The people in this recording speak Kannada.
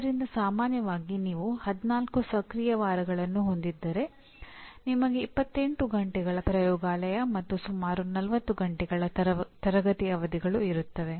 ಆದ್ದರಿಂದ ಸಾಮಾನ್ಯವಾಗಿ ನೀವು 14 ಸಕ್ರಿಯ ವಾರಗಳನ್ನು ಹೊಂದಿದ್ದರೆ ನಿಮಗೆ 28 ಗಂಟೆಗಳ ಪ್ರಯೋಗಾಲಯ ಮತ್ತು ಸುಮಾರು 40 ಗಂಟೆಗಳ ತರಗತಿ ಅವಧಿಗಳು ಇರುತ್ತವೆ